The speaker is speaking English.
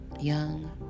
Young